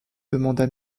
demanda